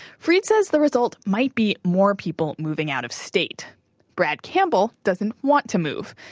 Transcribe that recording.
fried said the result might be more people moving out of state brad campbell doesn't want to move.